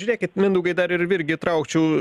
žiūrėkit mindaugai dar virgį įtraukčiau